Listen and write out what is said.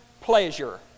pleasure